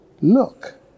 look